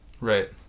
Right